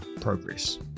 progress